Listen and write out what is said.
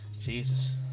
Jesus